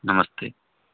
नमस्ते